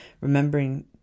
remembering